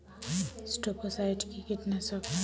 স্পোডোসাইট কি কীটনাশক?